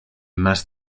más